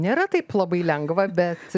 nėra taip labai lengva bet